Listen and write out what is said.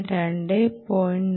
എന്നാൽ ഞാൻ ഇത് 2